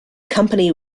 company